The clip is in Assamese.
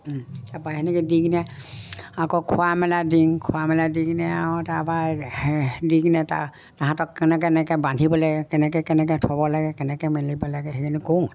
তাপা তেনেকৈ দি কিনে আকৌ খোৱা মেলা দিওঁ খোৱা মেলা দি কিনে আৰু তাৰপা দি কিনে তাৰ তাহাঁতক কেনেকৈ কেনেকৈ বান্ধিব লাগে কেনেকৈ কেনেকৈ থ'ব লাগে কেনেকৈ মেলিব লাগে সেইখিনি কওঁ